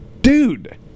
Dude